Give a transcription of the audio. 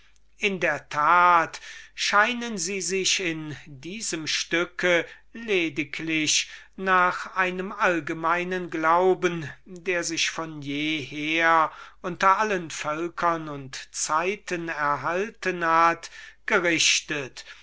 in der tat scheinen sie sich in diesem stück lediglich nach einem allgemeinen glauben der sich von je her unter allen völkern und zeiten erhalten hat gerichtet